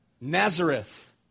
Nazareth